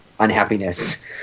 unhappiness